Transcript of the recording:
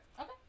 okay